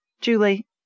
Julie